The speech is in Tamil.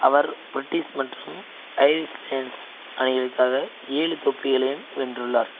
அவர் பிரிட்டிஷ் மற்றும் ஐரிஷ் லயன்ஸ் அணிகளுக்காக ஏழு தொப்பிகளையும் வென்றுள்ளார்